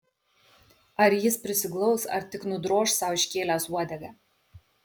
ar jis prisiglaus ar tik nudroš sau iškėlęs uodegą